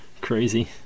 Crazy